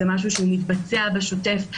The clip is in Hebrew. זה משהו שמתבצע בשוטף.